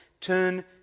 turn